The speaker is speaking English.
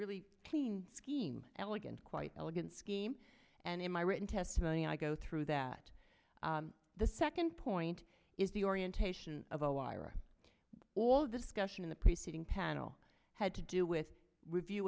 really clean scheme elegant quite elegant scheme and in my written testimony i go through that the second point is the orientation of oara all the discussion in the preceding panel had to do with review